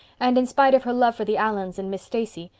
and, in spite of her love for the allans and miss stacy,